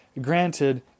granted